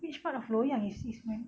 which part of loyang is this man